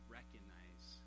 recognize